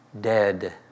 dead